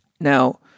Now